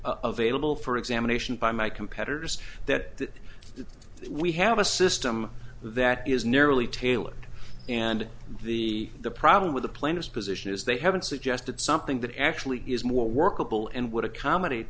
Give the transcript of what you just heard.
available for examination by my competitors that we have a system that is narrowly tailored and the the problem with the plan is position is they haven't suggested something that actually is more workable and would accommodate